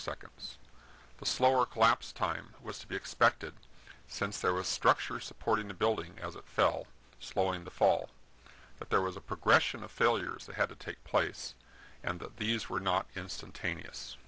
seconds the slower collapse time was to be expected since there was structure supporting the building as it fell slowing the fall but there was a progression of failures that had to take place and that these were not instantaneous